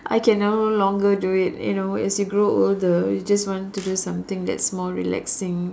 I can now no longer do it you know as you grow older you just want to do something that's more relaxing